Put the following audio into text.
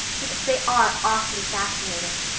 because they are awfully fascinating.